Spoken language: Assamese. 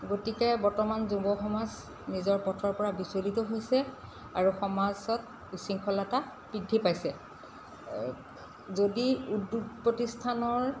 গতিকে বৰ্তমান যুৱ সমাজ নিজৰ পথৰ পৰা বিচলিত হৈছে আৰু সমাজত উশৃংখলতা বৃদ্ধি পাইছে যদি উদ্যোগ প্ৰতিষ্ঠানৰ